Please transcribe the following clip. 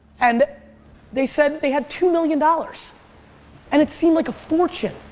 and they said they had two million dollars and it seemed like a fortune.